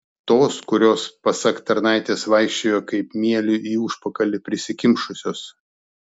tos kurios pasak tarnaitės vaikščiojo kaip mielių į užpakalį prisikimšusios